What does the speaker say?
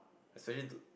especially dude